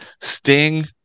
Sting